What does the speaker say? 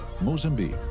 Mozambique